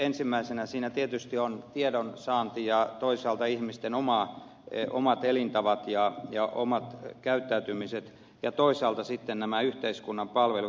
ensimmäisenä siinä tietysti on tiedon saanti ja toisaalta ihmisten omat elintavat ja omat käyttäytymiset ja toisaalta sitten nämä yhteiskunnan palvelut